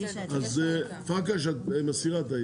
אז פרקש, את מסירה ?